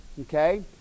okay